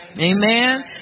Amen